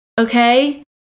Okay